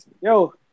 yo